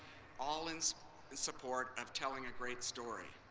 all in so in support of telling a great story.